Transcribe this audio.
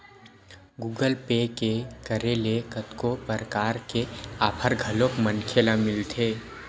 Google pay के करे ले कतको परकार के आफर घलोक मनखे ल मिलथे